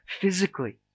physically